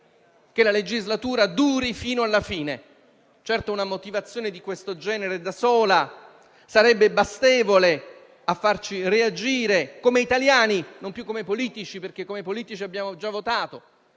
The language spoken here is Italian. avere la certezza che duri fino alla fine. Certo, una motivazione di questo genere, da sola, sarebbe bastevole a farci reagire come italiani, non più come politici, perché in quest'ultima veste abbiamo già votato